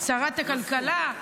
שרת הכלכלה,